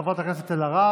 חברת הכנסת אלהרר,